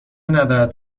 ندارد